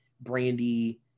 brandy